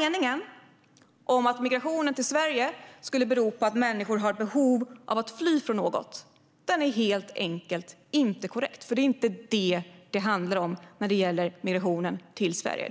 Meningen om att migrationen till Sverige skulle bero på att människor har behov av att fly från något är alltså helt enkelt inte korrekt. Det är inte detta det handlar om när det gäller migrationen till Sverige.